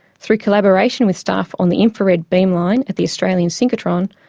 through collaboration with staff on the infrared beamline at the australian synchrotron,